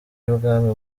w’ibwami